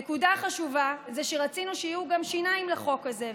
נקודה חשובה היא שרצינו שיהיו גם שיניים לחוק הזה,